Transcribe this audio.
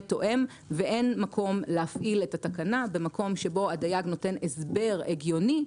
תואם ואין מקום להפעיל את התקנה במקום שבו הדייג נותן הסבר הגיוני.